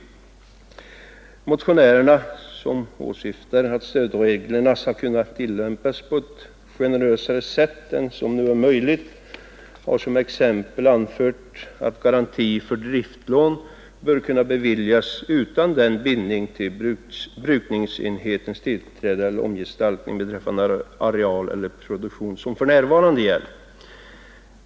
Motionärerna, som åsyftar att stödreglerna skall kunna tillämpas på ett generösare sätt än som nu är möjligt, har som exempel anfört att garanti för driftslån bör kunna beviljas utan den bindning till brukningsenhetens tillträde eller omgestaltning beträffande areal eller produktion som för närvarande gäller.